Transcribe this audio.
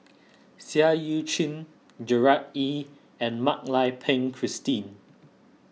Seah Eu Chin Gerard Ee and Mak Lai Peng Christine